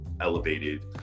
elevated